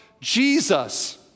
Jesus